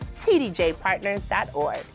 tdjpartners.org